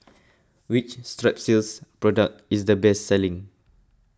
which Strepsils product is the best selling